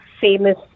famous